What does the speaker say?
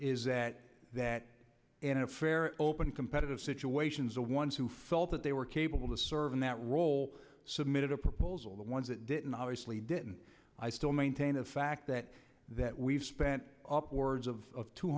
is that that in a fair open competitive situations the ones who felt that they were capable to serve in that role submitted a proposal the ones that didn't obviously didn't i still maintain the fact that that we've spent upwards of